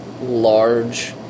large